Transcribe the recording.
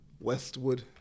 Westwood